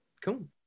Cool